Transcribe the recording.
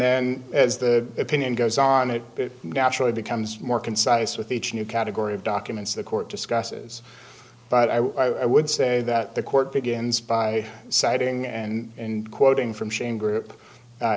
then as the opinion goes on it naturally becomes more concise with each new category of documents the court discusses but i would say that the court begins by citing and quoting from chain group